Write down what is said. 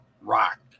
rock